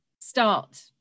start